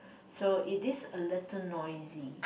so it is a little noisy